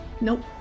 nope